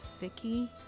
Vicky